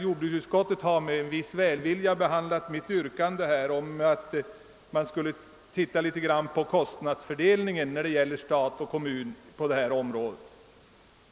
Jordbruksutskottet har med en viss välvilja behandlat mitt yrkande att man skulle titta på kostnadsfördelningen mellan stat och kommun på detta område.